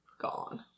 gone